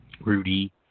Rudy